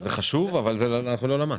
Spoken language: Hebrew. זה חשוב, אבל אנחנו לא למ"ס.